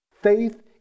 Faith